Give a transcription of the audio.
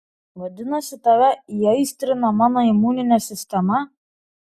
vadinasi tave įaistrino mano imuninė sistema